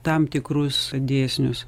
tam tikrus dėsnius